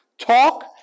Talk